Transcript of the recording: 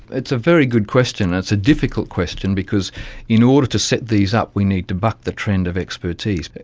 it's a very good question, it's a difficult question because in order to set these up we need to buck the trend of expertise. but